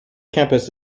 campus